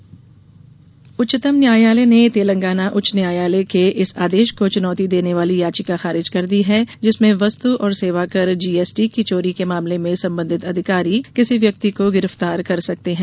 न्यायालय जीएसटी उच्चतम न्यायालय ने तेलंगाना उच्च न्यायालय के इस आदेश को चुनौती देने वाली याचिका खारिज कर दी है जिसमें वस्तु और सेवाकर जीएसटी की चोरी के मामले में सम्बन्धित अधिकारी किसी व्यक्ति को गिरफ्तार कर सकते हैं